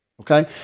okay